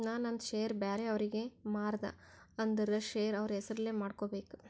ನಾ ನಂದ್ ಶೇರ್ ಬ್ಯಾರೆ ಅವ್ರಿಗೆ ಮಾರ್ದ ಅಂದುರ್ ಶೇರ್ ಅವ್ರ ಹೆಸುರ್ಲೆ ಮಾಡ್ಕೋಬೇಕ್